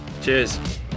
cheers